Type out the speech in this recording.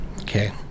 okay